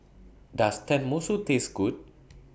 Does Tenmusu Taste Good